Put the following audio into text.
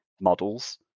models